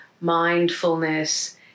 mindfulness